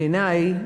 בעיני,